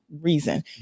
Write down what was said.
reason